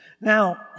Now